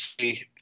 see